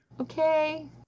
Okay